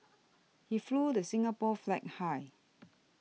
he flew the Singapore flag high